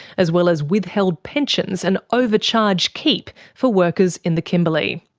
as well as withheld pensions and overcharged keep for workers in the kimberley.